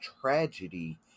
tragedy